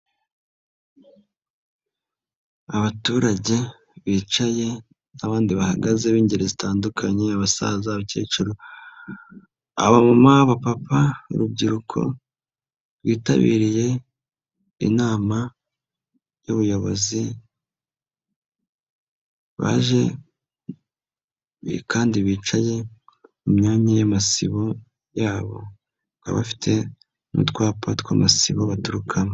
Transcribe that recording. Abaturage bicaye n'abandi bahagaze b'ingeri zitandukanye, abasaza, abakecuru, abapapa, urubyiruko rwitabiriye inama y'ubuyobozi, baje kandi bicaye mu myanya y'amasibo yabo, bakaba bafite n'utwapa tw'amasibo baturukamo.